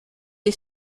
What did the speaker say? est